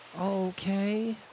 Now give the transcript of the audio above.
Okay